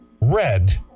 red